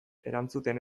erantzuten